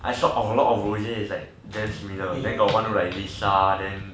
I shocked got a lot who look like rosae then got one look like lisa